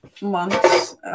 months